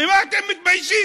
ממה אתם מתביישים?